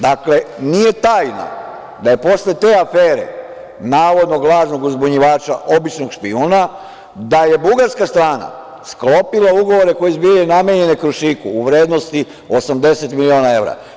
Nije tajna da je posle te afere, navodnog lažnog uzbunjivača, običnog špijuna, da je bugarska strana sklopila ugovore koji su bili namenjeni „Krušiku“ u vrednosti od 80 miliona evra.